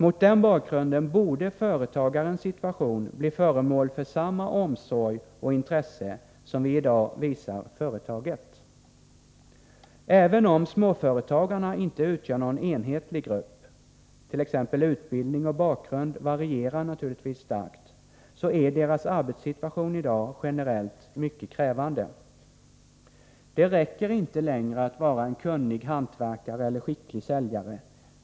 Mot den bakgrunden borde företagarens situation bli föremål för samma omsorg och intresse som vi i dag visar företaget. Även om småföretagarna inte utgör någon enhetlig grupp — t.ex. utbildning och bakgrund varierar naturligtvis starkt — så är deras arbetssituation i dag generellt mycket krävande. Det räcker inte längre att vara en kunnig hantverkare eller skicklig säljare.